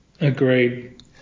Agreed